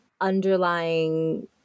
underlying